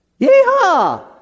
Yeehaw